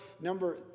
Number